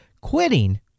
Quitting